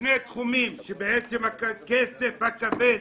שני תחומים שבהם הכסף הכבד